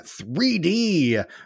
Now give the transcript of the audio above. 3d